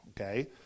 okay